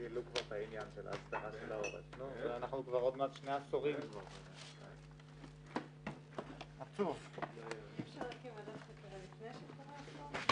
הישיבה ננעלה בשעה 12:45.